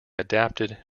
adapted